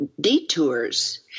detours